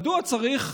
מדוע צריך?